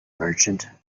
merchant